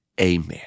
Amen